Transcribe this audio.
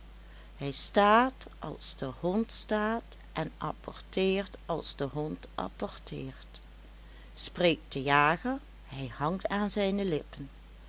hij staat als de hond staat en apporteert als de hond apporteert spreekt de jager hij hangt aan zijne lippen